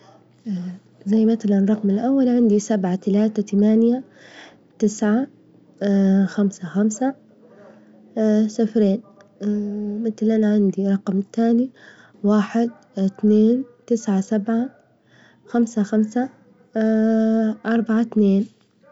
زي مثلا الرقم الأول عندي: سبعة ثلاثة ثمانية تسعة خمسة خمسة صفرين، ومتلا عندي الرقم التاني: واحد اتنين تسعة سبعة خمسة خمسة أربعة اتنين.